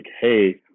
Hey